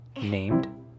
named